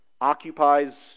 occupies